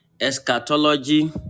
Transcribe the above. Eschatology